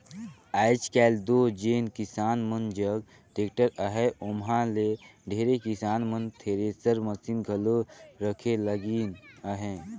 आएज काएल दो जेन किसान मन जग टेक्टर अहे ओमहा ले ढेरे किसान मन थेरेसर मसीन घलो रखे लगिन अहे